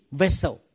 vessel